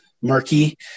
murky